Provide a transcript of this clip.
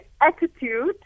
attitude